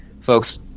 folks